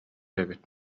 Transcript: эбит